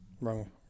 Wrong